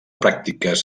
pràctiques